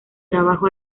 trabajo